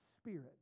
spirit